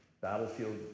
battlefield